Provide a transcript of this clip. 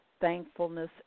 thankfulness